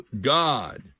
God